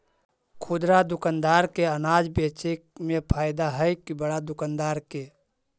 खुदरा दुकानदार के अनाज बेचे में फायदा हैं कि बड़ा दुकानदार के?